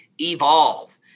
evolve